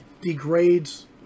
degrades